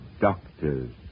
doctors